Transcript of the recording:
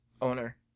owner